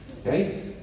Okay